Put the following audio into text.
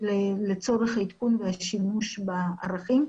לצורך עדכון ושימוש בערכים.